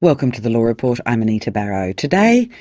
welcome to the law report, i'm anita barraud. today,